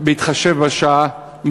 בהתחשב בשעה,